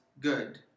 good